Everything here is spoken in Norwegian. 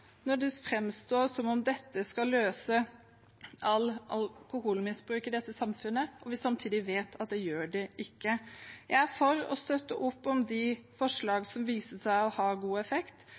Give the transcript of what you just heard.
når det framstår som om dette skal løse alle problemer med alkoholmisbruk i dette samfunnet og vi samtidig vet at det gjør det ikke. Jeg er for å støtte opp om de forslagene som viser seg å ha god effekt.